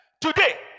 Today